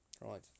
right